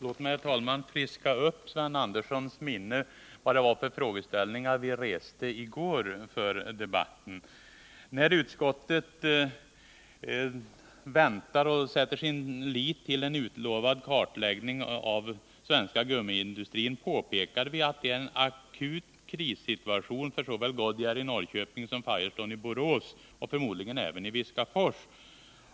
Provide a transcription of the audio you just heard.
Herr talman! Låt mig friska upp Sven Anderssons minne genom att erinra om vilka frågeställningar vi reste i debatten i går. När utskottet sätter sin lit till en utlovad kartläggning av den svenska gummiindustrin påpekade vi att det är en akut krissituation för såväl Goodyear i Norrköping som Firestone i Borås och förmodligen även i Viskafors.